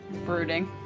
brooding